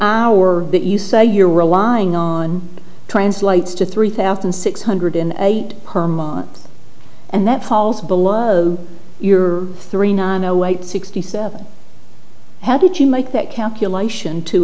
hour that you say you're relying on translates to three thousand six hundred in eight per month and that falls below your three nine zero eight sixty seven how did you make that calculation to